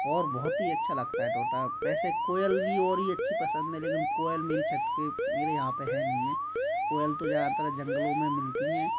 और बहुत ही अच्छा लगता है तोता वैसे कोयल भी और ही अच्छी पसंद है लेकिन कोयल मेरी छत पे मेरे यहाँ पे है नहीं है कोयल तो ज़्यादातर जंगलों में मिलती हैं